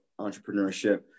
entrepreneurship